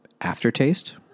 aftertaste